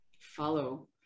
follow